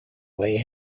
way